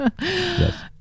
Yes